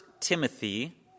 Timothy